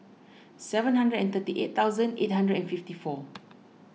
seven hundred and thirty eight thousand eight hundred and fifty four